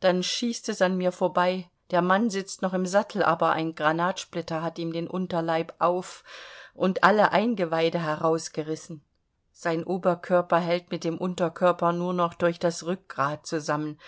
dann schießt es an mir vorbei der mann sitzt noch im sattel aber ein granatsplitter hat ihm den unterleib auf und alle eingeweide herausgerissen sein oberkörper hält mit dem unterkörper nur noch durch das rückgrat zusammen